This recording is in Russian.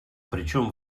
причем